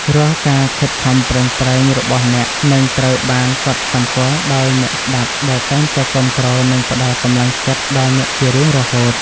រាល់ការខិតខំប្រឹងប្រែងរបស់អ្នកនឹងត្រូវបានកត់សម្គាល់ដោយអ្នកស្តាប់ដែលតែងតែគាំទ្រ និងផ្តល់កម្លាំងចិត្តដល់អ្នកជារៀងរហូត។